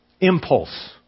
impulse